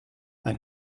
ein